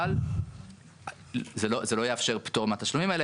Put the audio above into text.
אבל זה לא יאפשר פטור מהתשלומים האלה,